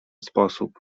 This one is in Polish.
sposób